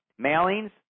mailings